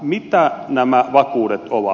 mitä nämä vakuudet ovat